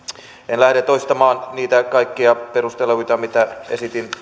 en lähde toistamaan niitä kaikkia perusteluita mitä esitin